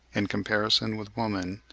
in comparison with woman,